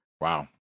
Wow